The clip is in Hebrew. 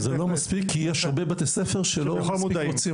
יש הרבה בתי ספר שלא מספיק רוצים,